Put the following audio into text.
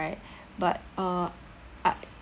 but uh I